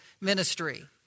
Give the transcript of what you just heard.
ministry